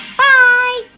bye